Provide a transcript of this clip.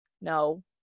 no